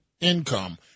income